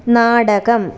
നാടകം